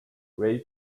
way